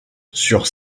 sur